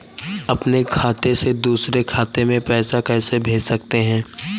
अपने खाते से दूसरे खाते में पैसे कैसे भेज सकते हैं?